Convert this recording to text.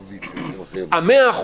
למעשה,